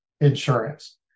insurance